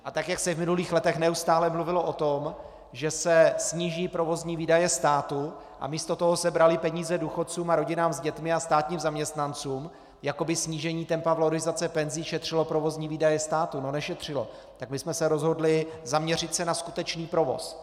A tak jak se v minulých letech neustále mluvilo o tom, že se sníží provozní výdaje státu, a místo toho se braly peníze důchodcům a rodinám s dětmi a státním zaměstnancům, jakoby snížení tempa valorizace penzí šetřilo provozní výdaje státu, no nešetřilo, tak my jsme se rozhodli zaměřit na skutečný provoz.